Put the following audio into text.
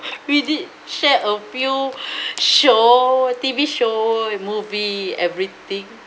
we did share a few show T_V show and movie everything